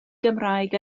gymraeg